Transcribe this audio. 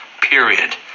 period